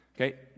Okay